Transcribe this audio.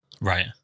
Right